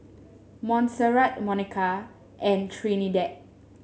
Montserrat Monika and Trinidad